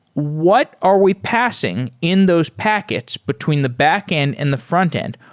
what are we passing in those packets between the backend and the frontend?